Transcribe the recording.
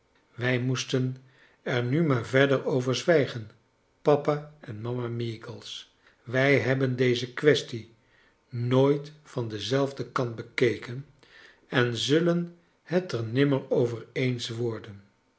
wij moesten er nu maar verder over z wij gen papa en mama meagles wij hebben deze kwestie nooit van denzelfden kant bekeken en zullen het er nimmer over eens worden